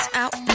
out